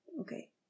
Okay